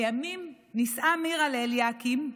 לימים נישאה מירה לאליקים,